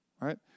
right